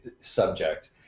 subject